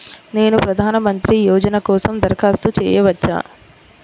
నేను ప్రధాన మంత్రి యోజన కోసం దరఖాస్తు చేయవచ్చా?